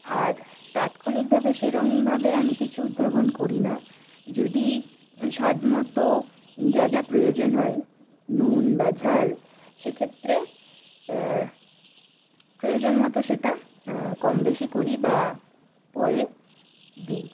আর তাৎক্ষণিকভাবে সেইরমভাবে আমি কিছু উদ্ভাবন করি না যদি স্বাদমতো যা যা প্রয়োজন হয় নুন বা ঝাল সেক্ষেত্রে প্রয়োজন মতো সেটা কম বেশী করি বা পরে দিই